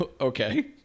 Okay